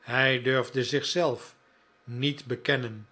hij durfde zichzelf niet bekennen